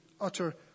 utter